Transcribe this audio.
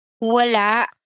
wala